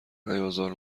میازار